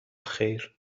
خیر